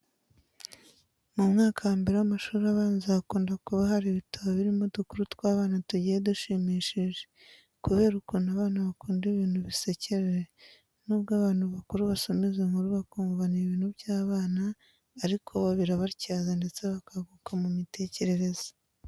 Mu mwaka wa mbere w'amashuri abanza hakunda kuba hari ibitabo birimo udukuru tw'abana tugiye dushimishije kubera ukuntu abana bakunda ibintu bisekeje. Nubwo abantu bakuru basoma izi nkuru bakumva ni ibintu by'abana ariko bo birabatyaza ndetse bakaguka mu mitekerereze.